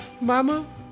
Mama